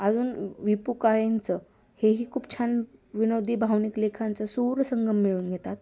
अजून व पू काळेचं हे ही खूप छान विनोदी भावनिक लेखांचं सूरसंगम मिळून घेतात